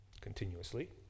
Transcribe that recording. continuously